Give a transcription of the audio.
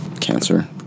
Cancer